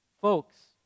Folks